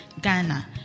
Ghana